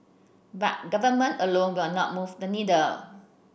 but government alone will not move the needle